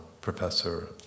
professor